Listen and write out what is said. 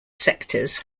sectors